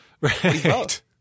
Right